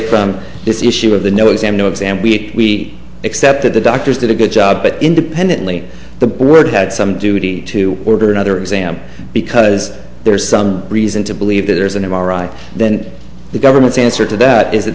from this issue of the no exam no exam we accepted the doctors did a good job but independently the board had some duty to order another exam because there's some reason to believe there's an m r i then the government's answer to that is that